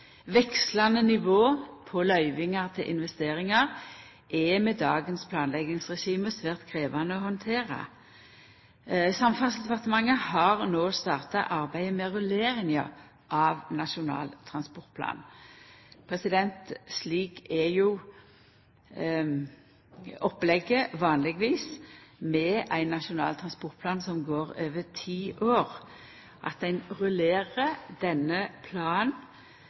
Vekslande nivå på løyvingar til investeringar er med dagens planleggingsregime svært krevjande å handtera. Samferdselsdepartementet har no starta arbeidet med rulleringa av Nasjonal transportplan. Slik er jo opplegget vanlegvis med ein nasjonal transportplan som går over ti år, at ein rullerer denne planen